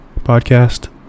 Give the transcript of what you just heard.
podcast